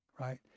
Right